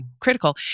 critical